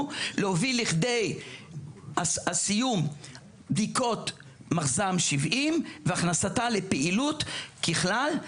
להוביל לכדי הסיום בדיקות מחז"ם 70 והכנסתה לפעילות ככלל,